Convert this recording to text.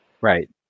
Right